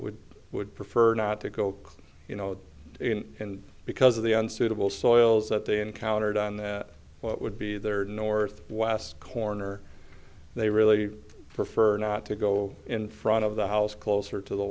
would would prefer not to go you know and because of the unsuitable soils that they encountered on that what would be their north west corner they really prefer not to go in front of the house closer to the